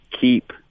keep